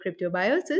cryptobiosis